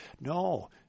No